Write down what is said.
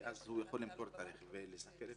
כי אז הוא יכול למכור את הרכב --- צריך לשכנע את